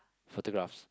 photographs